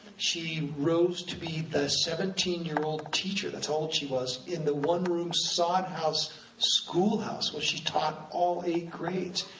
she rose to be the seventeen year old teacher, that's how old she was, in the one-room sod house schoolhouse, where she taught all eight grades.